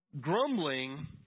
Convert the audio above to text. Grumbling